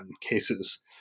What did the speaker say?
cases